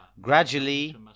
Gradually